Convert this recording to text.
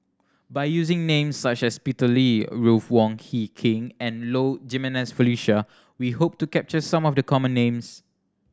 by using names such as Peter Lee Ruth Wong Hie King and Low Jimenez Felicia we hope to capture some of the common names